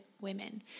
women